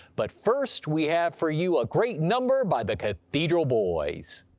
but first, we have for you a great number by the cathedral boys!